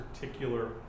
particular